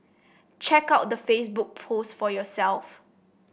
check out the Facebook post for yourself